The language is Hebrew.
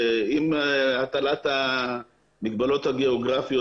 עם הטלת המגבלות הגיאוגרפיות,